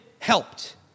helped